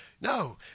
No